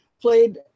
played